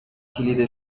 کلید